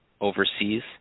overseas